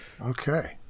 Okay